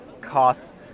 Costs